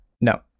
no